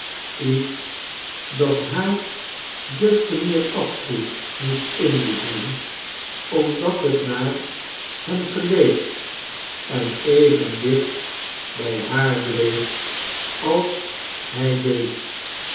iets dat haar des te meer afschuw moest inboezemen omdat het naar hem geleek en even dicht bij haar bleef als hij deed